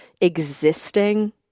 existing